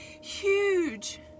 huge